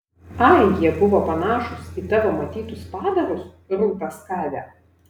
ai jie buvo panašūs į tavo matytus padarus rūta skade